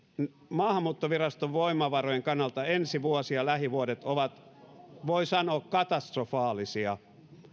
maahanmuuttoviraston voimavarojen kannalta ensi vuosi ja lähivuodet ovat voi sanoa katastrofaalisia